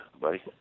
buddy